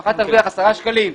משפחה תרוויח 10 שקלים בשנה.